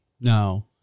No